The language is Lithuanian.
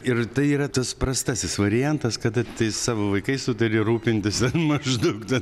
ir tai yra tas prastasis variantas kada tais savo vaikais tu turi rūpintis maždaug dar